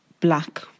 black